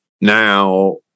Now